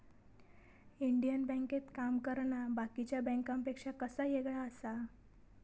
Indian बँकेत काम करना बाकीच्या बँकांपेक्षा कसा येगळा आसा?